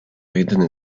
jedyny